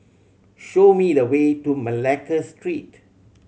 show me the way to Malacca Street